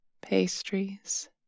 pastries